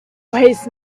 waste